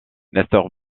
nestor